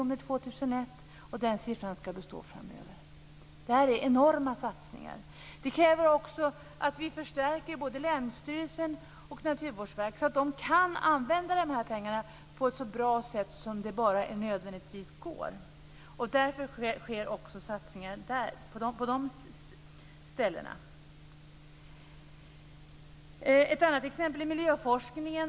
Det är alltså fråga om enorma satsningar. Detta kräver att vi förstärker både länsstyrelsen och Naturvårdsverket så att de kan använda de här pengarna så bra som det bara går. Därför sker satsningar på de ställena. Ytterligare ett exempel är miljöforskningen.